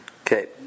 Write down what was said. Okay